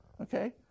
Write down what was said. okay